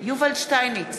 יובל שטייניץ,